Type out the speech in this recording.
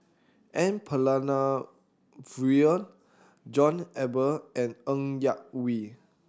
N Palanivelu John Eber and Ng Yak Whee